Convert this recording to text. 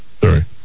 Sorry